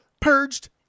Purged